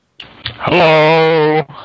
Hello